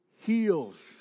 heals